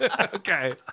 Okay